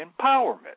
empowerment